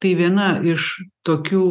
tai viena iš tokių